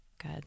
Good